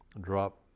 drop